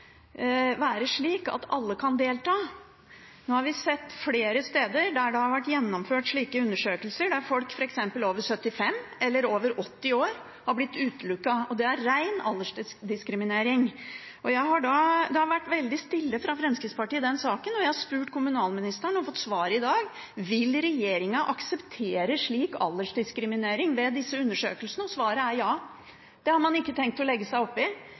være slik at alle kan delta. Nå har vi sett flere steder der det har vært gjennomført slike undersøkelser, at f.eks. folk som er over 75 år eller over 80 år gamle, har blitt utelukket. Det er ren aldersdiskriminering. Det har vært veldig stille fra Fremskrittspartiet i den saken, og jeg har spurt kommunalministeren og fått svar i dag. Jeg spurte: Vil regjeringen akseptere slik aldersdiskriminering ved disse undersøkelsene? Svaret er ja. Det har man ikke tenkt å legge seg opp i.